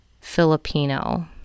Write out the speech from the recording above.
Filipino